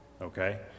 okay